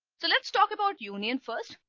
so let's talk about union first.